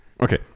Okay